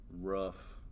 rough